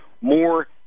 more